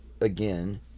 again